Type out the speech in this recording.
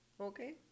Okay